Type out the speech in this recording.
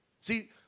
See